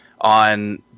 on